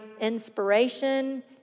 inspiration